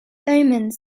omens